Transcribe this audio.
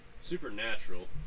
Supernatural